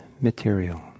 material